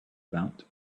about